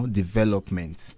development